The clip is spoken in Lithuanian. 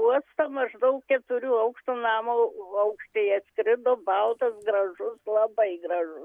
uosto maždaug keturių aukštų namo aukštyje atskrido baltas gražus labai gražus